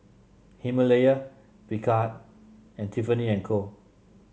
Himalaya Picard and Tiffany And Co